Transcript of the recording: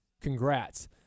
congrats